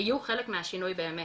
היו חלק מהשינוי באמת,